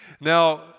Now